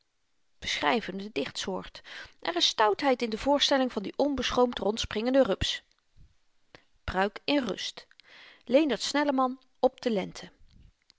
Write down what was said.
boomen beschryvende dichtsoort er is stoutheid in de voorstelling van die onbeschroomd rondspringende rups pruik in rust leendert snelleman op de